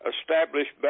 established